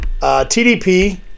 tdp